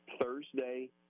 Thursday